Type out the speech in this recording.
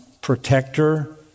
protector